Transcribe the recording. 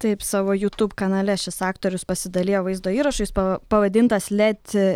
taip savo jutub kanale šis aktorius pasidalijo vaizdo įrašu jis pa pavadintas let